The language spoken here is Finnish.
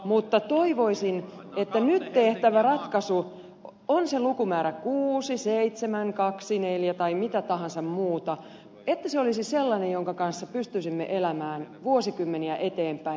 mutta toivoisin että nyt tehtävä ratkaisu on se lukumäärä kuusi seitsemän kaksi neljä tai mitä tahansa muuta olisi sellainen jonka kanssa pystyisimme elämään vuosikymmeniä eteenpäin